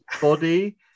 body